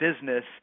business